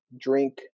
Drink